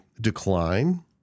decline